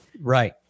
Right